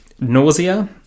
Nausea